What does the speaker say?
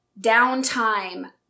downtime